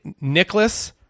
Nicholas